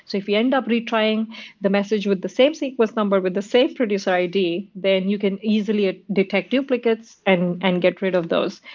so if you end but retrying the message with the same sequence number, with the same producer id, then you can easily ah detect duplicates and and get rid of those.